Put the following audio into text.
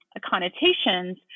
connotations